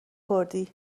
کردی